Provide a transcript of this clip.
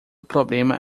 problema